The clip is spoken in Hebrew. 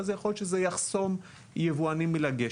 אז יכול להיות שזה יחסום יבואנים מלגשת.